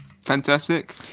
fantastic